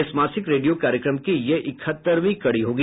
इस मासिक रेडियो कार्यक्रम की यह इकहत्तरवीं कड़ी होगी